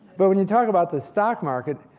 but when you talk about the stock market,